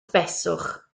beswch